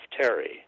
Terry